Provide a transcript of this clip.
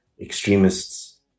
extremists